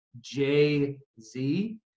J-Z